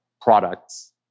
products